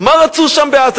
מה רצו שם בעזה?